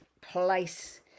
place